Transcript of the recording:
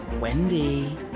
Wendy